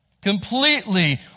completely